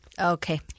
Okay